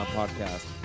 podcast